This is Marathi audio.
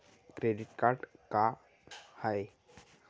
क्रेडिट कार्ड का हाय?